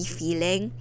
feeling